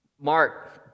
Mark